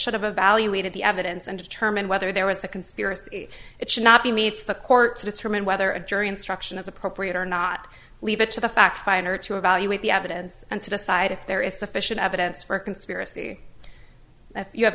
evaluated the evidence and determine whether there was a conspiracy it should not be meets the court to determine whether a jury instruction is appropriate or not leave it to the fact finder to evaluate the evidence and to decide if there is sufficient evidence for a conspiracy and if you have